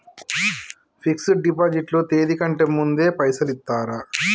Fix డ్ deposit లో తేది కంటే ముందే పైసలు ఇత్తరా?